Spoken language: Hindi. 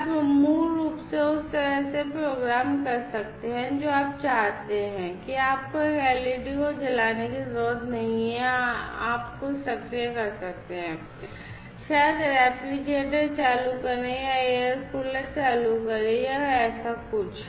आप मूल रूप से उस तरह से प्रोग्राम कर सकते हैं जहाँ आप चाहते हैं कि आपको एक LED को जलाने की ज़रूरत नहीं है आप कुछ सक्रिय कर सकते हैं शायद रेफ्रिजरेटर चालू करें या एयर कूलर चालू करें या ऐसा कुछ